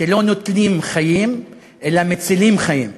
שלא נוטלים חיים אלא מצילים חיים,